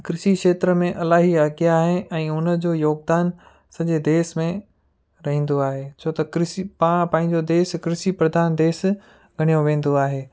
कृषी क्षेत्र में इलाही अॻियां आहे ऐं उनजो योगदानु सॼे देश में रहंदो आहे छो त कृषी पाण पंहिंजो देश कृषी प्रधान देश मञियो वेंदो आहे